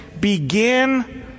Begin